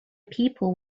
people